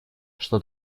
что